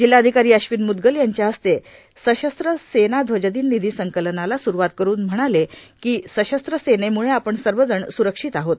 जिल्हाधिकारी अश्विन मुदगल यांच्या हस्ते सशस्त्र सेना ध्वजदिन निधी संकलनाला स्रुवात करुन म्हणाले की सशस्त्र सेनेमुळे आपण सर्वजन सुरक्षित आहोत